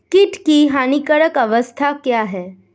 कीट की हानिकारक अवस्था क्या है?